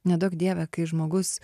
neduok dieve kai žmogus